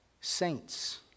saints